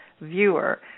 viewer